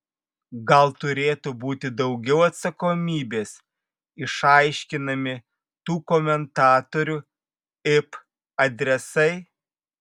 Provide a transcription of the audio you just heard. gal turėtų būti daugiau atsakomybės išaiškinami tų komentatorių ip adresai